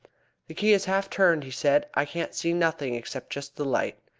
the key is half-turned, he said. i can't see nothing except just the light.